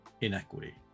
inequity